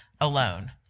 alone